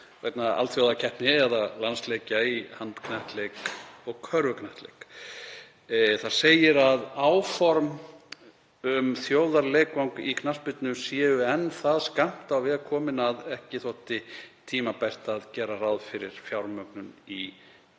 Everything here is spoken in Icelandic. alþjóðakeppni eða landsleikja í handknattleik og körfuknattleik. Hér segir að áform um þjóðarleikvang í knattspyrnu séu enn það skammt á veg komin að ekki hafi þótt tímabært að gera ráð fyrir fjármögnun í þessari